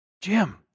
Jim